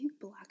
black